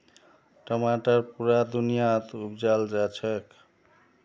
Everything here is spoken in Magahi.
टमाटर पुरा दुनियात उपजाल जाछेक